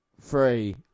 three